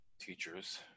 teachers